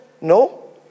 No